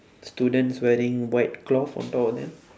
students wearing white cloth on top of them